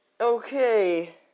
okay